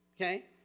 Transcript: Okay